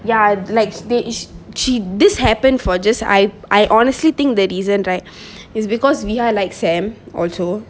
ya like they she this happened for just I I honestly think that isn't right is because viha like sam also